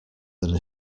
than